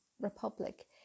Republic